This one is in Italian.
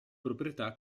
proprietà